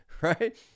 right